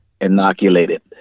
inoculated